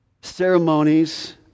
ceremonies